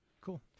Cool